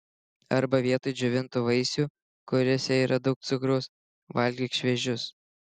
arba vietoj džiovintų vaisių kuriuose yra daug cukraus valgyk šviežius